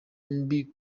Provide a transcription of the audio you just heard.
mbi